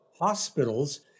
hospitals